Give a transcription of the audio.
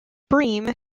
bream